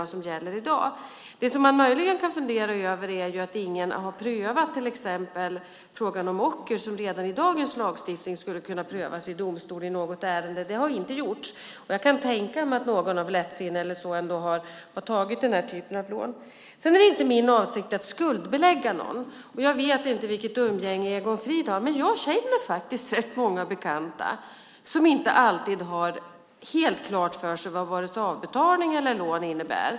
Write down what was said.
Det som man möjligen kan fundera över är att ingen har prövat till exempel frågan om ocker som redan i dagens lagstiftning skulle kunna prövas i domstol i något ärende. Det har inte gjorts. Jag kan tänka mig att någon av lättsinne eller så ändå har tagit den här typen av lån. Det är inte min avsikt att skuldbelägga någon. Jag vet inte vilket umgänge Egon Frid har, men jag har faktiskt rätt många bekanta som inte alltid har helt klart för sig vad vare sig avbetalning eller lån innebär.